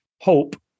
hope